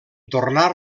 tornar